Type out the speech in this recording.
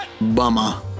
Bummer